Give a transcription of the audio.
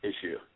issue